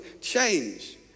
change